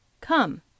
Come